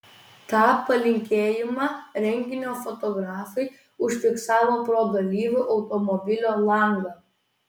tą palinkėjimą renginio fotografai užfiksavo pro dalyvių automobilio langą